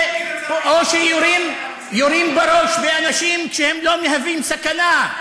או שיורים בראש באנשים כשהם לא מהווים סכנה,